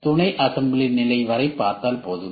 துணைஅசம்பிளி நிலை வரைபார்த்தால் போதும்